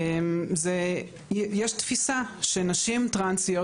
יש תפיסה שנשים טרנסיות,